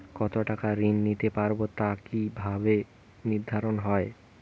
কতো টাকা ঋণ নিতে পারবো তা কি ভাবে নির্ধারণ হয়?